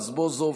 רזבוזוב,